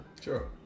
Sure